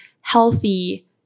healthy